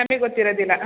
ನಮಿಗೆ ಗೊತ್ತಿರದಿಲ್ಲ